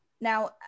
now